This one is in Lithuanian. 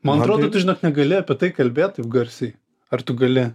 man atrodo tu žinok negali apie tai kalbėt taip garsiai ar tu gali